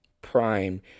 prime